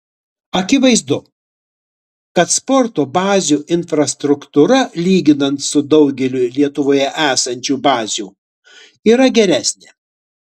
akivaizdu kad sporto bazių infrastruktūra lyginant su daugeliu lietuvoje esančių bazių yra geresnė